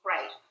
Right